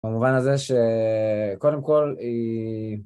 במובן הזה שקודם כל היא